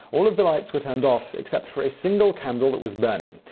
all of the lights were turned off, except for a single candle that was burning.